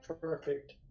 Perfect